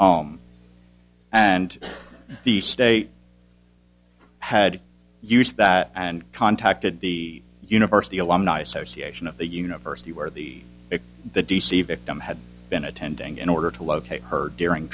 oem and the state had used that and contacted the university alumni association of the university where the d c victim had been attending in order to locate her during